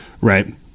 right